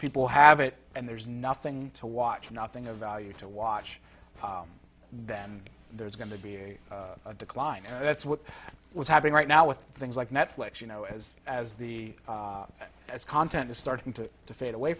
people have it and there's nothing to watch nothing of value to watch then there's going to be a decline and that's what was happening right now with things like netflix you know as as the as content is starting to fade away